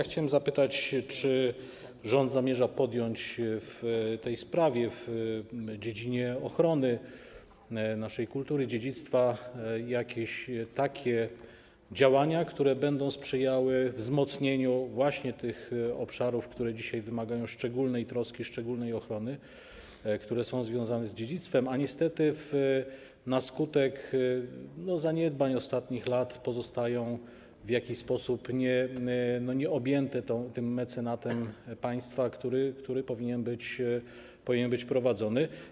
Chciałem zapytać, czy rząd zamierza podjąć w tej sprawie, w dziedzinie ochrony naszej kultury, dziedzictwa jakieś działania, które będą sprzyjały wzmocnieniu tych obszarów, które dzisiaj wymagają szczególnej troski, szczególnej ochrony, które są związane z dziedzictwem, a niestety na skutek zaniedbań ostatnich lat pozostają w jakiś sposób nieobjęte mecenatem państwa, który powinien być prowadzony.